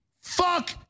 Fuck